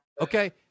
okay